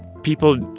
people,